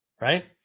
Right